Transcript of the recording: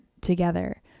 together